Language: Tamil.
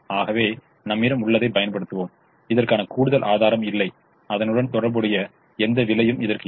ஆகவே நம்மிடம் உள்ளதைப் பயன்படுத்துவோம் இதற்கான கூடுதல் ஆதாரம் இல்லை அதனுடன் தொடர்புடைய எந்த விலையும் இதற்கு இல்லை